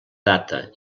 data